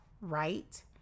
right